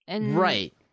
Right